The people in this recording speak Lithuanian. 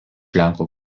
lenkų